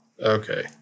Okay